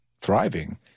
thriving